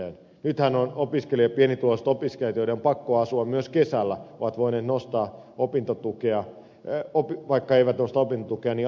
nythän pienituloiset opiskelijat joiden on pakko asua myös kesällä ovat voineet nostaa asumislisää vaikka eivät ole nostaneet opintotukea